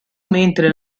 mentre